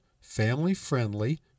family-friendly